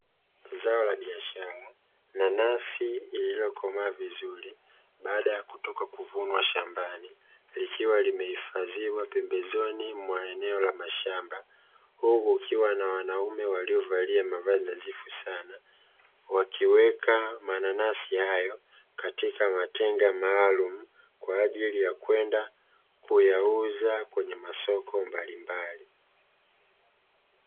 Zao la biashara, nanasi iliyokomaa vizuri baada ya kutoka kuvunwa shambani, likiwa limehifadhiwa pembezoni mwa eneo la mashamba, huku kukiwa na wanaume waliovalia mavazi na dhifu, sana wakiweka mananasi hayo katika matenga maalumu kwa ajili ya kwenda kuyauza kwenye masoko mbalimbali.